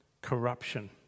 corruption